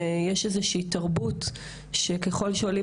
שיש איזו שהיא תרבות שככל שהם עולים